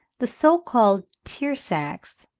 the so-called tear-sacks,